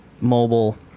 mobile